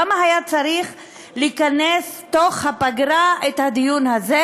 למה היה צריך לכנס בפגרה את הדיון הזה?